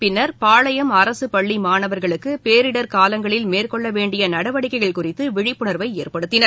பின்னர் பாளையம் அரசு பள்ளி மாணவர்களுக்கு பேரிடர் காலங்களில் மேற்கொள்ள வேண்டிய நடவடிக்கைகள் குறித்து விழிப்புணர்வை ஏற்படுத்தனர்